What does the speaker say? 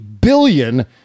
billion